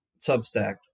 Substack